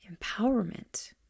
empowerment